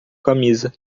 camisa